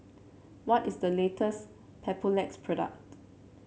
what is the latest Papulex product